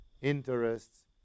interests